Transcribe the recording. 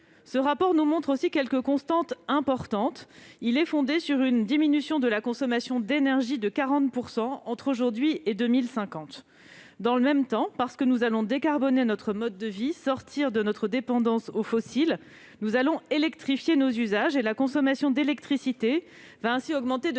Ce dernier nous indique également quelques constantes importantes. Il est fondé sur une diminution de la consommation d'énergie de 40 % entre aujourd'hui et 2050. Dans le même temps, parce que nous allons décarboner notre mode de vie et sortir de notre dépendance aux fossiles, nous allons électrifier nos usages. La consommation d'électricité va ainsi augmenter de